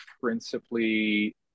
principally